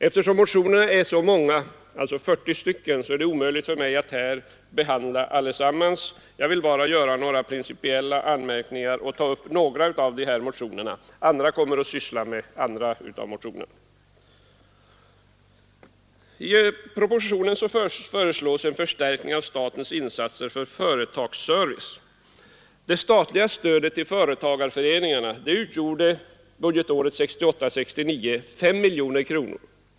Eftersom motionerna är så många — 40 stycken — är det omöjligt för mig att här beröra dem alla. Jag vill bara göra några principiella anmärkningar och ta upp några av dem. Andra talare kommer att beröra ytterligare några av dem. I propositionen föreslås en förstärkning av statens insatser för företagsservice. Det statliga stödet till företagarföreningarna utgjorde budgetåret 1968/69 5 miljoner kronor.